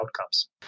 outcomes